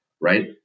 right